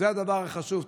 זה הדבר החשוב.